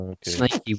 snakey